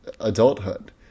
adulthood